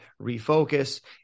refocus